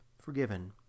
forgiven